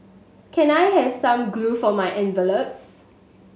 can I have some glue for my envelopes